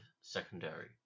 Secondary